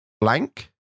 Blank